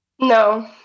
no